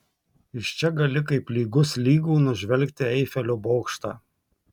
iš čia gali kaip lygus lygų nužvelgti eifelio bokštą